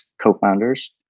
co-founders